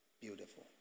Beautiful